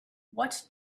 what